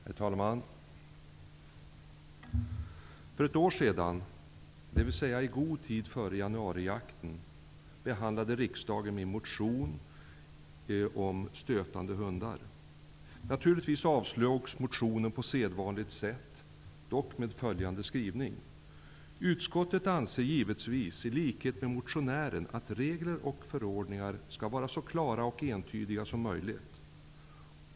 Herr talman! För ett år sedan, dvs. i god tid före januarijakten, behandlade riksdagen min motion om stötande hundar. Naturligtvis avslogs motionen av riksdagen på sedvanligt sätt -- dock med följande skrivning i utskottsbetänkandet: ''Utskottet anser givetvis i likhet med motionären att regler och förordningar skall vara så klara och entydiga som möjligt.